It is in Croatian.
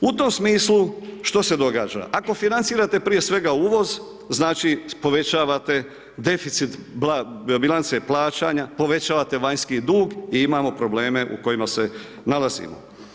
U tom smislu što se događa, ako financirate prije svega uvoz znači povećavate deficit bilance plaćanja, povećavate vanjski dug i imamo probleme u kojima se nalazimo.